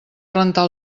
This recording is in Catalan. rentar